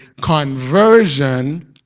conversion